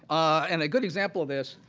and a good example of this,